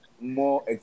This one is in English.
more